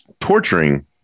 torturing